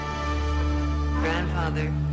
Grandfather